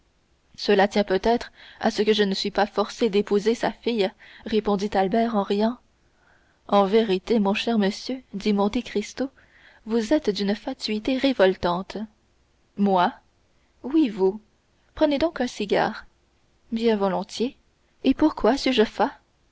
cela tient peut-être à ce que je ne suis pas forcé d'épouser sa fille répondit albert en riant en vérité mon cher monsieur dit monte cristo vous êtes d'une fatuité révoltante moi oui vous prenez donc un cigare bien volontiers et pourquoi suis-je fat